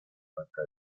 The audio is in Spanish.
cuenta